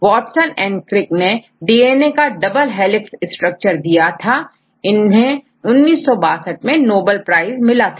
Watson and Crick ने DNA का double helix structure दिया था इन्हें1962 मैं नोबेल प्राइज मिला था